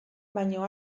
baino